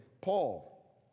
Paul